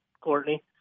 Courtney